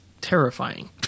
terrifying